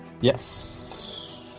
Yes